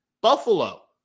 Buffalo